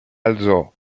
alzò